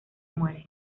muere